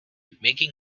making